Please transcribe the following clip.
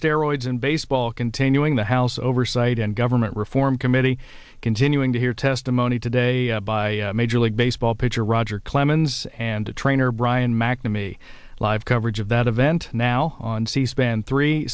steroids in baseball continuing the house oversight and government reform committee continuing to hear testimony today by major league baseball pitcher roger clemens and trainer brian mcnamee live coverage of that event now on c span three